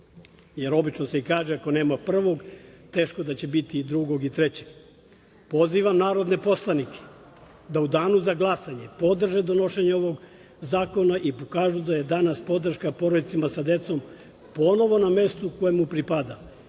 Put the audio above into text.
jer obično se i kaže ako nema prvog, teško da će biti i drugog i trećeg. Pozivam narodne poslanike da u danu za glasanje podrže donošenje ovog zakona i pokažu da je danas podrška porodicama sa decom ponovo na mestu koje mu pripada,